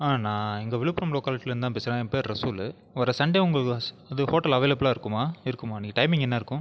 நான் இங்கே விழுப்புரம் லோகாலிட்டியில் இருந்துதான் பேசுறேன் என் பேரு ரஸுல் வர சண்டே உங்கள் இது ஹோட்டல் அவைலபிலாக இருக்குமா இருக்குமா டைமிங் என்ன இருக்கும்